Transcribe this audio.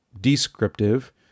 descriptive